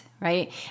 right